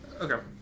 Okay